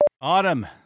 Autumn